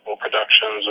productions